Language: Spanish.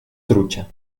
trucha